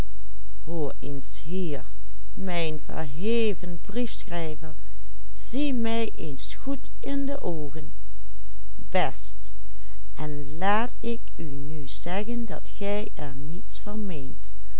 mijn verheven briefschrijver zie mij eens goed in de oogen best en laat ik u nu zeggen dat gij er niets van